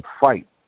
fight